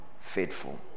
faithful